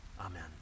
Amen